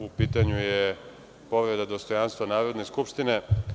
U pitanju je povreda dostojanstva Narodne skupštine.